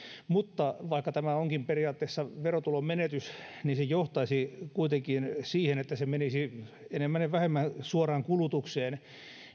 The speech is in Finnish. mutta vaikka tämä onkin periaatteessa verotulonmenetys se johtaisi kuitenkin siihen että se menisi enemmän tai vähemmän suoraan kulutukseen